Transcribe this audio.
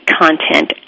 content